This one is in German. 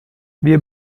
wir